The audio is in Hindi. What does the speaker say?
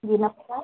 जी नमस्कार